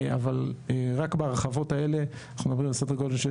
אבל רק בהרחבות האלה אנחנו מדברים על סדר גודל של